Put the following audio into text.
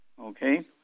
Okay